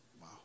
Wow